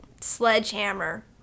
Sledgehammer